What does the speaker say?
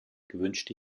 gewünschte